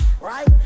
Right